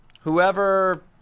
whoever